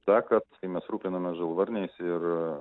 ta kad mes rūpinamės žalvarniais ir